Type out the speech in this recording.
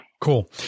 Cool